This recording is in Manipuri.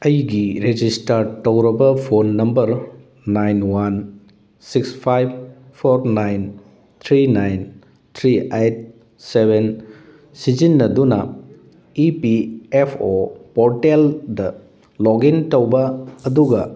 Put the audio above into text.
ꯑꯩꯒꯤ ꯔꯦꯖꯤꯁꯇꯔ ꯇꯧꯔꯕ phone number nine one six five four nine three nine three eight seven ꯁꯤꯖꯤꯟꯅꯗꯨꯅ E P F O portal ꯗ ꯂꯣꯛ ꯏꯟ ꯇꯧꯕ ꯑꯗꯨꯒ